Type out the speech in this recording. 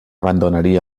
abandonaria